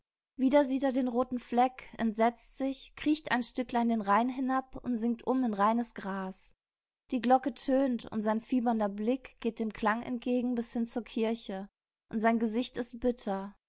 wieder sieht er den roten fleck entsetzt sich kriecht ein stücklein den rain hinab und sinkt um in reines gras die glocke tönt und sein fiebernder blick geht dem klang entgegen bis hin zur kirche und sein gesicht ist bitter